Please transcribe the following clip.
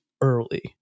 early